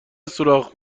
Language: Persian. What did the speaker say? سوراخ